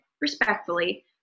respectfully